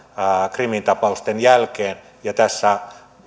krimin tapausten jälkeen ja tässä